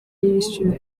ministries